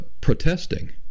protesting